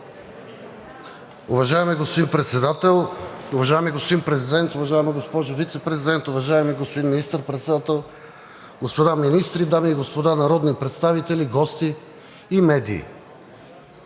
Уважаеми господин Председател, уважаеми господин Президент, уважаема госпожо Вицепрезидент, уважаеми господин Министър-председател, господа министри, дами и господа народни представители, гости и медии!